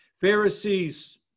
Pharisees